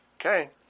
Okay